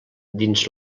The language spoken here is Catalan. dins